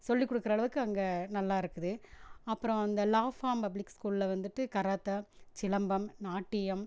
சொல்லிக் கொடுக்குற அளவுக்கு அங்கே நல்லாயிருக்குது அப்புறம் அந்த லா ஃபார்ம் பப்ளிக் ஸ்கூலில் வந்துட்டு கராத்தே சிலம்பம் நாட்டியம்